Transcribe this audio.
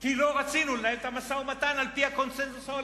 כי לא רצינו לנהל את המשא-ומתן על-פי הקונסנזוס העולמי.